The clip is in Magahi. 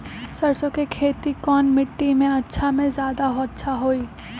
सरसो के खेती कौन मिट्टी मे अच्छा मे जादा अच्छा होइ?